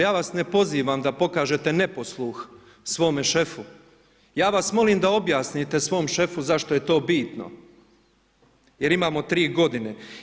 Ja vas ne pozivam da pokažete neposluh svome šefu, ja vas molim da objasnite svom šefu zašto je to bitno jer imamo tri godine.